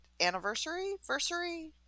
anniversary-versary